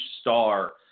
star